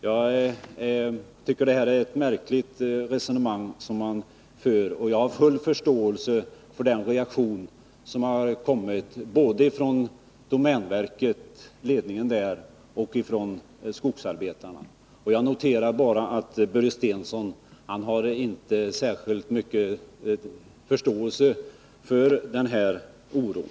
Jag tycker det är ett märkligt resonemang man för, och jag har full förståelse för reaktionen både från ledningen för domänverket och från skogsarbetarna. Jag noterar bara att Börje Stensson inte har särskilt stor förståelse för den oron.